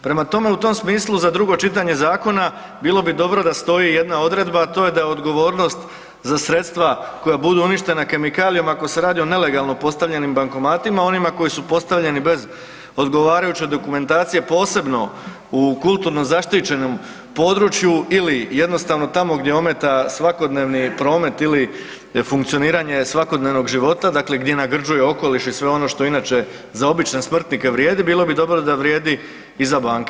Prema tome u tom smislu za drugo čitanje zakona bilo bi dobro da stoji jedna odredba, a to je da je odgovornost za sredstava koja budu uništena kemikalijama ako se radi o nelegalno postavljenim bankomatima onima koji su postavljeni bez odgovarajuće dokumentacije posebno u kulturno zaštićenom području ili jednostavno tamo gdje ometa svakodnevni promet ili funkcioniranje svakodnevnog života, dakle gdje nagrđuje okoliš i sve ono što inače za obične smrtnike vrijedi bilo bi dobro da vrijedi i za banke.